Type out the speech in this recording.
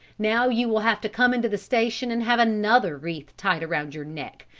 now you will have to come into the station and have another wreath tied round your neck,